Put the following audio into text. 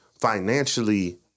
financially